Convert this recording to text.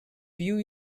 view